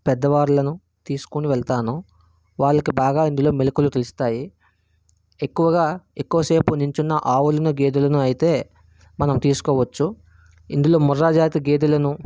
పెద్దవార్లను తీసుకోని వెళ్తాను వాళ్ళకు బాగా అందులో మెళకువలు తెలుస్తాయి ఎక్కువగా ఎక్కువ సేపు నించున్న ఆవులను గేదెలను అయితే మనం తీసుకోవచ్చు ఇందులో ముర్రా జాతి గేదెలను